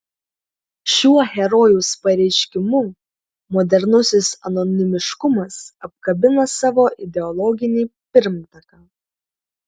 šiuo herojaus pareiškimu modernusis anonimiškumas apkabina savo ideologinį pirmtaką